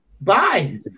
Bye